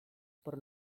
por